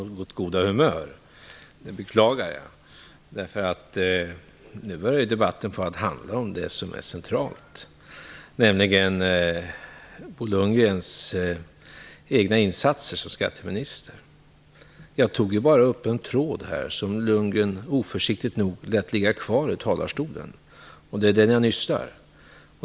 Herr talman! Jag tycker att Bo Lundgren har tappat sitt något goda humör. Det beklagar jag, därför att nu börjar debatten att handla om det som är centralt, nämligen Bo Lundgrens egna insatser som skatteminister. Jag tog ju bara upp en tråd som Bo Lundgren oförsiktigt nog lät ligga kvar i talarstolen. Det är den jag nystar.